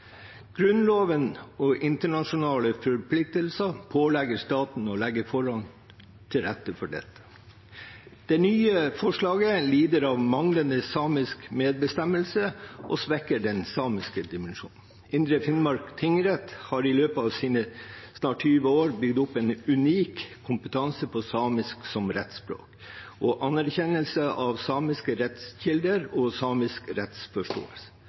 Grunnloven og internasjonale forpliktelser pålegger staten å legge forholdene til rette for det. Det nye forslaget lider av manglende samisk medbestemmelse og svekker den samiske dimensjonen. Indre Finnmark tingrett har i løpet av sine snart 20 år bygd opp en unik kompetanse på samisk som rettsspråk og anerkjennelse av samiske rettskilder og